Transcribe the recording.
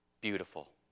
beautiful